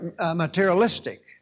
materialistic